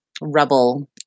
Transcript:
rubble